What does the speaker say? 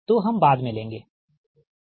तो हम बाद में लेंगे ठीक